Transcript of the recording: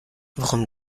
worum